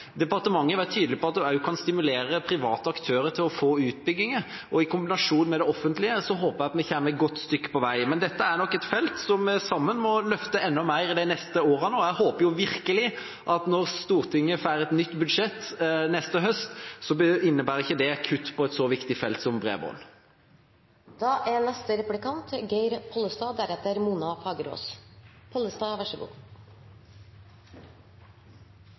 Departementet var tydelig på at det også kan stimulere private aktører til å bygge ut, og i kombinasjon med det offentlige håper jeg at vi kommer et godt stykke på vei. Men dette er nok et felt som vi sammen må løfte enda mer de neste årene, og jeg håper virkelig at det, når Stortinget får et nytt budsjett neste høst, ikke innebærer kutt på et så viktig felt som bredbånd. Det er